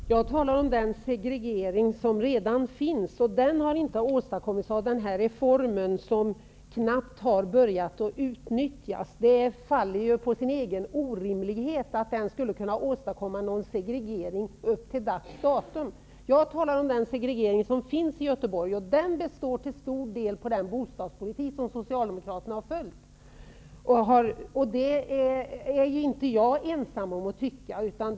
Herr talman! Jag talade om den segregering som redan finns. Den har inte åstadkommits av den här reformen, som knappt har börjat utnyttjas. Det faller på sin egen orimlighet att reformen skulle ha kunnat åstadkomma någon segregering fram till dags dato. Jag talar således om den segregering som finns i Göteborg. Den beror till stor del på den bostadspolitik som socialdemokraterna har fört. Jag är inte ensam om den åsikten.